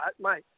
mate